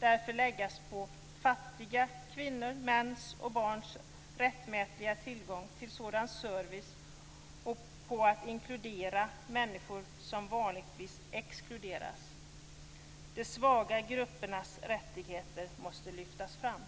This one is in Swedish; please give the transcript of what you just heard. därför läggas på fattiga kvinnors, mäns och barns rättmätiga tillgång till sådan service samt på att inkludera de människor som vanligtvis exkluderas. De svaga gruppernas rättigheter måste lyftas fram.